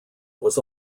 was